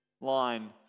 line